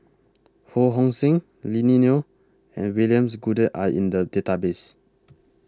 Ho Hong Sing Lily Neo and Williams Goode Are in The Database